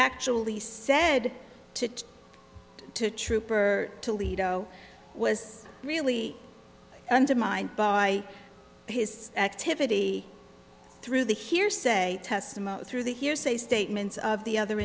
actually said to it to trooper toledo was really undermined by his activity through the hearsay testimony through the hearsay statements of the other